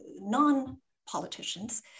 non-politicians